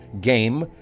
game